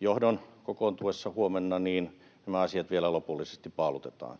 johdon kokoontuessa huomenna nämä asiat vielä lopullisesti paalutetaan.